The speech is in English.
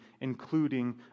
including